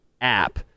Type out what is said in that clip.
app